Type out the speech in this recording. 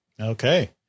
Okay